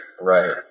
Right